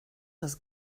das